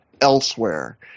elsewhere